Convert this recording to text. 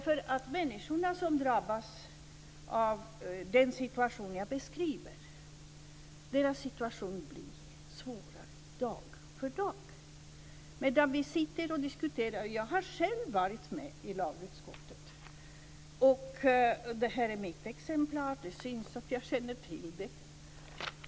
För de människor som drabbas av det som jag beskriver blir situationen svårare och svårare dag för dag; detta medan vi diskuterar. Jag har själv suttit med i lagutskottet och jag har här ett exemplar, så det syns att jag känner till detta.